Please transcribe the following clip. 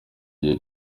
igihe